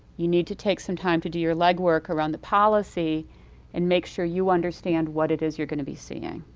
you need to take some time to do your legwork around the policy and make sure you understand what it is you're going to be seeing.